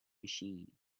machine